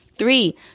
Three